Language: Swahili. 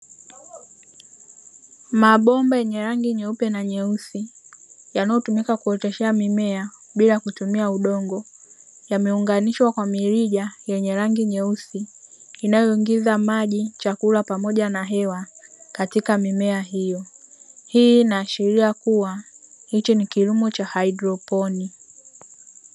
Mabomba yenye rangi nyeupe na nyeusi yanayotumika kuoteshea mimea bila kutumia udongo yameunganishwa kwa mirija yenye rangi nyeusi inayoingiza maji chakula pamoja na hewa katika mimea hiyo, hii inaashiria kuwa hicho ni kilimo cha haidroponi.